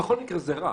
בכל מקרה, זה רע.